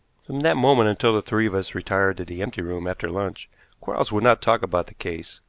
from that moment until the three of us retired to the empty room after lunch quarles would not talk about the case,